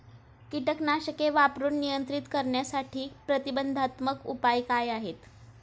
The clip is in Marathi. कीटकनाशके वापरून नियंत्रित करण्यासाठी प्रतिबंधात्मक उपाय काय आहेत?